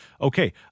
okay